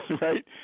right